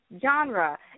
genre